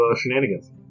shenanigans